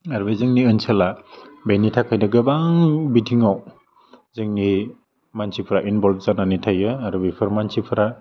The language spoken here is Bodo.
आर बे जोंनि ओनसोला बेनि थाखायनो गोबां बिथिङाव जोंनि मानसिफ्रा इनभल्भ जानानै थायो आरो बेफोर मानसिफ्रा